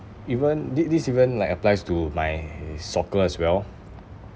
even thi~ this even like applies to my soccer as well